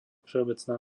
všeobecná